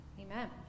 Amen